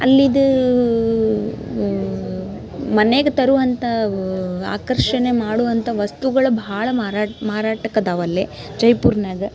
ಅಲ್ಲಿಯದು ಮನೆಗೆ ತರುವಂಥವು ಆಕರ್ಷಣೆ ಮಾಡುವಂಥ ವಸ್ತುಗಳು ಭಾಳ ಮಾರಾಡ್ ಮಾರಾಟಕ್ಕೆ ಅದಾವೆ ಅಲ್ಲಿ ಜೈಪುರ್ನ್ಯಾಗ